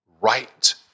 right